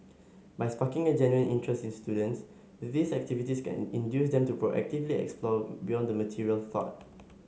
by sparking a genuine interest in students these activities can induce them to proactively explore beyond the material